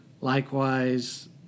Likewise